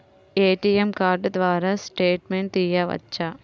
ATM card ద్వారా statement తీయవచ్చా?